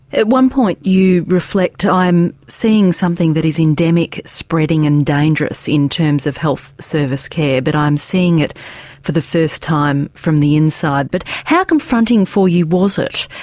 at one point you reflect i am seeing something that is endemic, spreading and dangerous in terms of health service care, but i am seeing it for the first time from the inside. but how confronting for you was it,